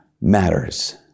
matters